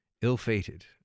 ill-fated